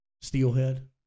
Steelhead